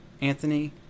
Anthony